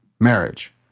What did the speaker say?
marriage